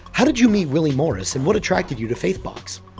how did you meet willie morris, and what attracted you to faithbox?